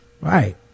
Right